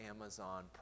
Amazon